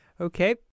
Okay